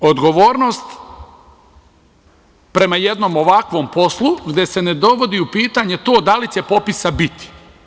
Prvo, odgovornost prema jednom ovakvom poslu, gde se ne dovodi u pitanje to da li će popisa biti.